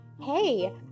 hey